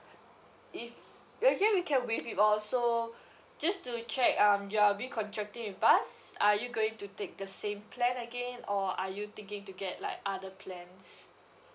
if actually we can waive it off so just to check um you are re contracting with us are you going to take the same plan again or are you thinking to get like other plans